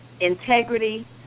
integrity